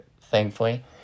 thankfully